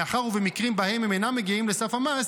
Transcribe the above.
מאחר שבמקרים שבהם הם אינם מגיעים לסף המס,